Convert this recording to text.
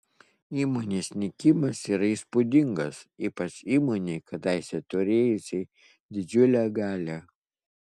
įmonės nykimas yra įspūdingas ypač įmonei kadaise turėjusiai didžiulę galią